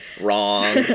Wrong